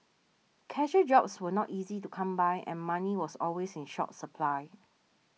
casual jobs were not easy to come by and money was always in short supply